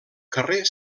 carrer